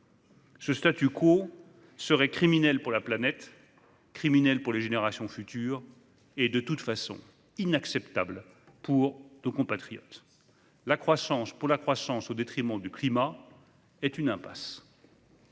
le climat ! Ce serait criminel pour la planète, criminel pour les générations futures et, de toute façon, inacceptable pour nos compatriotes. La croissance pour la croissance au détriment du climat est une impasse.